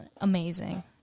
amazing